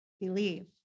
believe